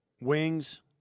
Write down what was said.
Wings